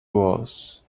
was